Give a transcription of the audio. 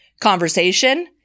conversation